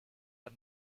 are